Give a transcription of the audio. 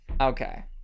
Okay